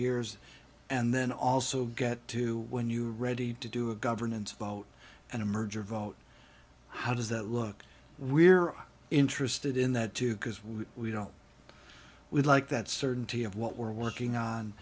years and then also get to when you're ready to do a governance vote and a merger vote how does that look we're interested in that too because we we don't like that certainty of what we're working on